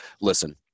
listen